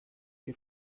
che